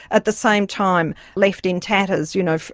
at the same time left in tatters, you know,